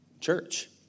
church